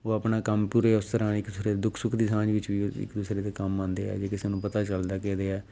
ਉਹ ਆਪਣਾ ਕੰਮ ਪੂਰੇ ਉਸ ਤਰ੍ਹਾਂ ਇੱਕ ਦੂਸਰੇ ਦੇ ਦੁੱਖ ਸੁੱਖ ਦੀ ਸਾਂਝ ਵਿੱਚ ਵੀ ਇੱਕ ਦੂਸਰੇ ਦੇ ਕੰਮ ਆਉਂਦੇ ਆ ਜੇ ਕਿਸੇ ਨੂੰ ਪਤਾ ਚੱਲਦਾ ਕਿ ਇਹਦੇ ਆਹ